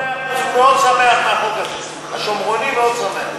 הוא מאוד שמח מהחוק הזה, השומרוני מאוד שמח.